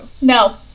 No